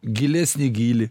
gilesnį gylį